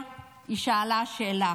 שאלה שאלה.